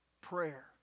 Prayer